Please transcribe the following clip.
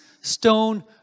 stone